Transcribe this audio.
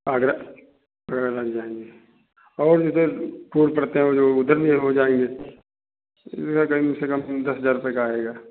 आगरा जाएंगे और इधर टूर पड़ते हैं वो जो उधर भी जाएंगे कम से कम दस हजार रुपये का आएगा